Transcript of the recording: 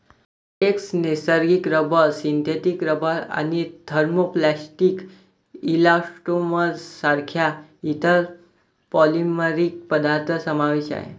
latex, नैसर्गिक rubber, synthetic rubber आणि thermoplastic elastomers सारख्या इतर पॉलिमरिक पदार्थ समावेश आहे